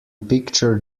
picture